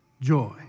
joy